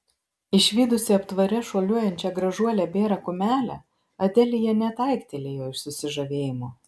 išvydusi aptvare šuoliuojančią gražuolę bėrą kumelę adelija net aiktelėjo iš susižavėjimo